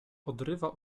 odrywa